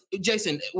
Jason